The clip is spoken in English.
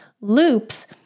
loops